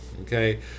Okay